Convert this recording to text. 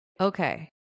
okay